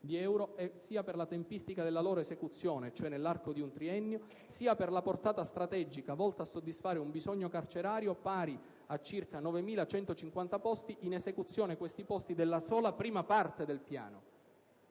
di euro - sia per la tempistica della loro esecuzione, l'arco di un triennio, e per la portata strategica volta a soddisfare un bisogno carcerario pari a circa 9.150 posti, in esecuzione della sola prima parte del piano.